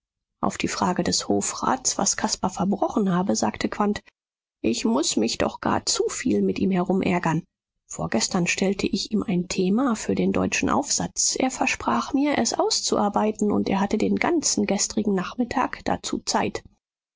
auf die frage des hofrats was caspar verbrochen habe sagte quandt ich muß mich doch gar zu viel mit ihm herumärgern vorgestern stellte ich ihm ein thema für den deutschen aufsatz er versprach mir es auszuarbeiten und er hatte den ganzen gestrigen nachmittag dazu zeit